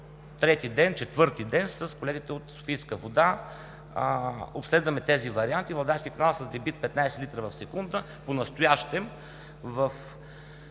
водосбор. Четвърти ден с колегите от „Софийска вода“ обследваме тези варианти. Владайският канал е с дебит 15 литра в секунда и понастоящем в